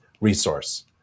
resource